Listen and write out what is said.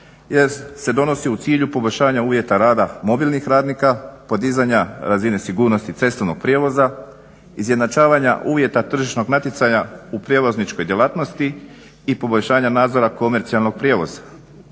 se donosi u cilju poboljšanja uvjeta rada mobilnih radnika, podizanja razine sigurnosti cestovnog prijevoza, izjednačavanja uvjeta tržišnog natjecanja u prijevozničkoj djelatnosti i poboljšanja nadzora komercijalnog prijevoza.